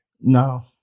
No